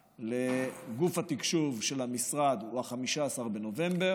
לגוף התקשוב של המשרד הוא 15 בנובמבר,